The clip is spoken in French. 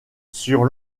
sur